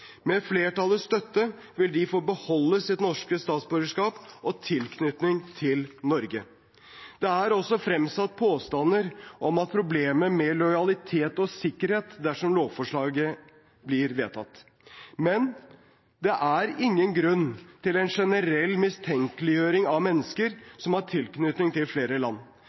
Med flertallets støtte vil de få beholde sitt norske statsborgerskap og tilknytningen til Norge. Det er også fremsatt påstander om problemer med lojalitet og sikkerhet dersom lovforslaget blir vedtatt. Men det er ingen grunn til en generell mistenkeliggjøring av mennesker som har tilknytning til flere land.